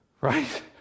right